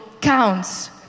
counts